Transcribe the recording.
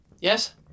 Yes